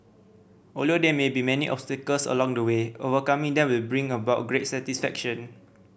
although there may be many obstacles along the way overcoming them will bring about great satisfaction